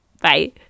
Bye